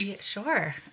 Sure